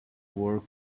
work